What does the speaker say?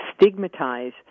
Stigmatize